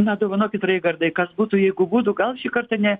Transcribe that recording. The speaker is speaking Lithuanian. na dovanokit raigardai kas būtų jeigu būtų gal šį kartą ne